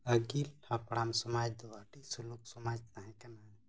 ᱟᱹᱜᱤᱞ ᱦᱟᱯᱲᱟᱢ ᱥᱚᱢᱟᱡᱽ ᱫᱚ ᱟᱹᱰᱤ ᱥᱩᱞᱩᱠ ᱥᱚᱢᱟᱡᱽ ᱛᱟᱦᱮᱸᱠᱟᱱᱟ